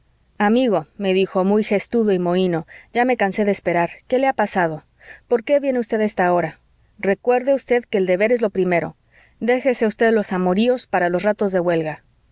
amigo me dijo muy gestudo y mohino ya me cansé de esperar qué le ha pasado por qué viene usted a esta hora recuerde usted que el deber es lo primero déjese usted los amoríos para los ratos de huelga